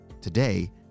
today